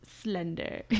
slender